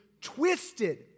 twisted